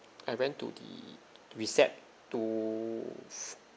I went to the recep to